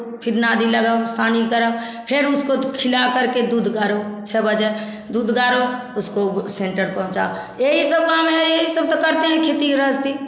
फिर नादी लगाओ सानी कराओ फिर उसको खिला करके दूध करो छ बजे दूध गारो उसको सेंटर पहुँचाओ यही सब काम है यही सब तो करते हैं खेती गृहस्ती